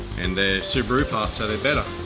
and the subaru parts have it better.